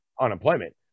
unemployment